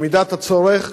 במידת הצורך